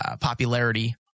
popularity